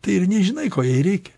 tai ir nežinai ko jai reikia